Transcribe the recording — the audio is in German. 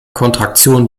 kontraktion